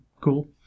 cool